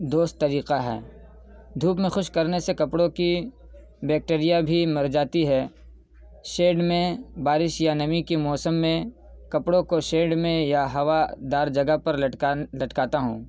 درست طریقہ ہے دھوپ میں خشک کرنے سے کپڑوں کی بیکٹیریا بھی مر جاتی ہے شیڈ میں بارش یا نمی کے موسم میں کپڑوں کو شیڈ میں یا ہوا دار جگہ پر لٹکا لٹکاتا ہوں